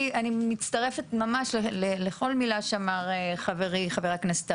אני מצטרפת ממש לכל מילה שאמר חברי חבר הכנסת ארבל.